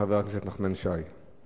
חבר הכנסת נחמן שי.